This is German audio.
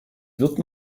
wird